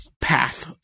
path